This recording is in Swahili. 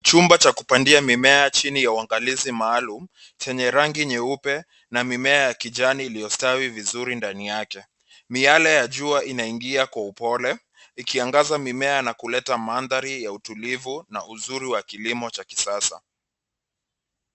Chumba cha kupandia mimea chini ya uangalizi maalum chenye rangi nyeupe na mimea ya kijani iliyostawi vizuri ndani yake. Miale ya jua inaingia kwa upole, ikiangaza mimea na kuleta mandhari ya utulivu na uzuri wa kilimo cha kisasa.